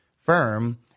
firm